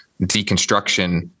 deconstruction